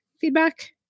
feedback